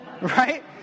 Right